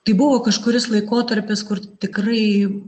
tai buvo kažkuris laikotarpis kur tikrai